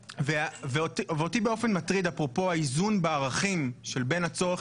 אותי מטריד אפרופו האיזון בערכים בין הצורך